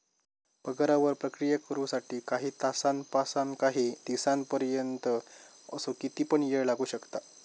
पगारावर प्रक्रिया करु साठी काही तासांपासानकाही दिसांपर्यंत असो किती पण येळ लागू शकता